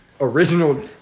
original